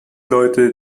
leute